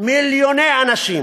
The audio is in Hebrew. מיליוני אנשים